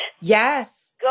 Yes